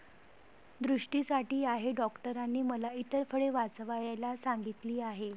दृष्टीसाठी आहे डॉक्टरांनी मला इतर फळे वाचवायला सांगितले आहे